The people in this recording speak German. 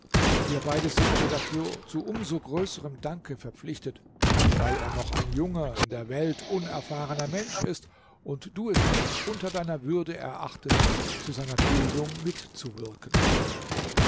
wir beide sind dir dafür zu um so größerem danke verpflichtet weil er noch ein junger in der welt unerfahrener mensch ist und du es nicht unter deiner würde erachtest zu seiner bildung mitzuwirken